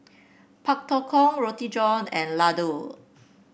Pak Thong Ko Roti John and laddu